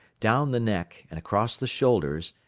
down the neck and across the shoulders,